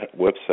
website